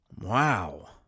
Wow